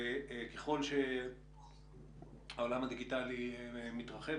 ככל שהעולם הדיגיטלי מתרחב,